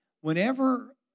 Whenever